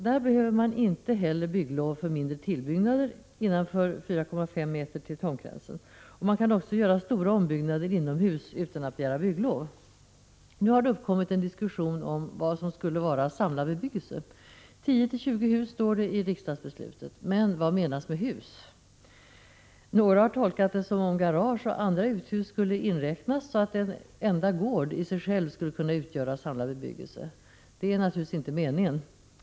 Där behöver man inte heller bygglov för mindre tillbyggnader innanför 4,5 meter från tomtgränsen. Man kan också göra stora ombyggnader inomhus utan att begära bygglov. Nu har det uppkommit en diskussion om vad som skulle vara ”samlad bebyggelse”. 10-20 hus står det i riksdagsbeslutet. Men vad menas med hus? Några har tolkat det som om garage och andra uthus skulle inräknas så att en enda gård i sig själv skulle kunna utgöra ”samlad bebyggelse”. Detta är naturligtvis inte meningen.